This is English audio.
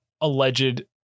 alleged